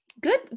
Good